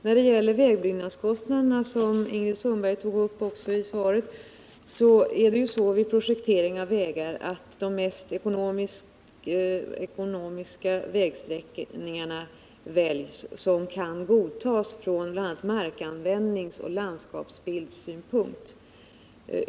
När det gäller vägbyggnadskostnader, som Ingrid Sundberg också tog upp i sitt inlägg, är det så vid projektering av vägar att de mest ekonomiska vägsträckningarna väljs som kan godtas från markanvändningsoch landskapsbildssynpunkt.